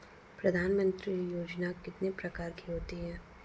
प्रधानमंत्री योजना कितने प्रकार की होती है?